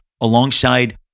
alongside